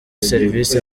serivisi